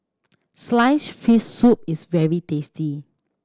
sliced fish soup is very tasty